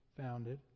founded